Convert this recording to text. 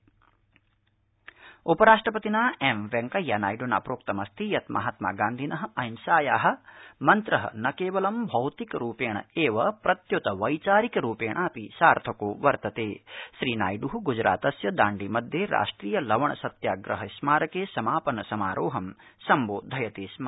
उपराष्ट्रपति दाण्डीयात्रा उपराष्ट्रपतिना एम वेंकैया नायड्ना प्रोक्तमस्ति यत् महात्मागान्धिन अहिंसाया मन्त्र न क्विलं भौतिक रूपण एव प्रत्युत वैचारिक रूपणपि सार्थको वर्तत श्रीनायडु गुजरातस्य दांडी मध्यज्ञिष्ट्रीय लवण सत्याग्रह स्मारक समापन समारोहं सम्बोधयति स्म